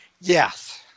Yes